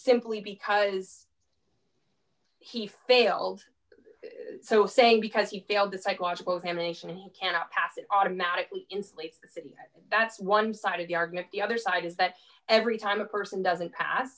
simply because he failed so saying because he failed the psychological examination he cannot pass it automatically in sleep that's one side of the argument the other side is that every time a person doesn't